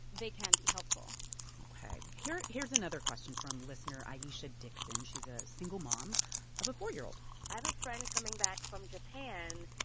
they can be helpful ok. here's here's another question from listener ayesha dixon. she's a single mom of a four year old i have a friend coming back from japan.